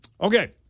Okay